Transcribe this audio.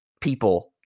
People